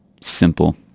simple